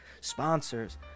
sponsors